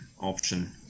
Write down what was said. option